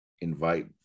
invite